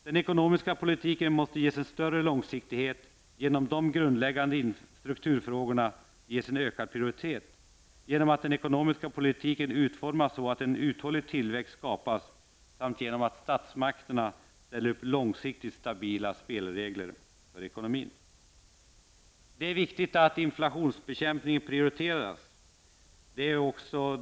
Den ekonomiska politiken måste ges en större långsiktighet genom att de grundläggande strukturfrågorna ges en ökad prioritet, genom att den ekonomiska politiken utformas så att en uthållig tillväxt skapas samt genom att statsmakterna ställer upp långsiktigt stabila spelregler för ekonomin. Det är viktigt att inflationsbekämpningen prioriteras.